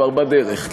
כבר בדרך.